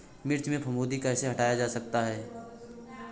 मिर्च में फफूंदी कैसे हटाया जा सकता है?